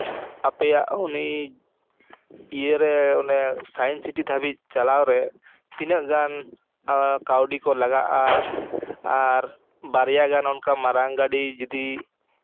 ᱟᱯᱮᱭᱟᱜ ᱩᱱᱤ ᱤᱭᱟᱹᱨᱮ ᱚᱱᱮ ᱥᱟᱭᱮᱱᱥ ᱥᱤᱴᱤ ᱫᱷᱟᱹᱵᱤᱡ ᱪᱟᱞᱟᱣᱨᱮ ᱛᱤᱱᱟᱹᱜ ᱜᱟᱱ ᱠᱟᱹᱣᱰᱤ ᱠᱚ ᱞᱟᱜᱟᱜᱼᱟ ᱟᱨ ᱚᱱᱠᱟ ᱵᱟᱨᱭᱟ ᱜᱟᱱ ᱢᱟᱨᱟᱝ ᱜᱟᱹᱰᱤ ᱡᱩᱫᱤ